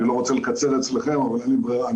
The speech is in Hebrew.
אני לא רוצה לקצר אצלכם אבל אין לי ברירה,